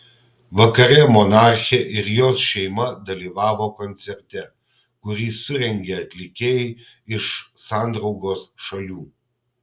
vakare monarchė ir jos šeima dalyvavo koncerte kurį surengė atlikėjai iš sandraugos šalių